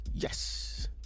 yes